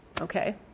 okay